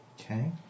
Okay